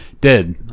dead